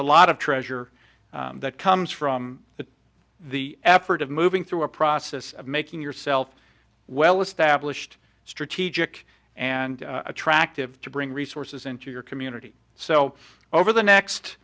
a lot of treasure that comes from the the effort of moving through a process of making yourself well established strategic and attractive to bring resources into your community so over the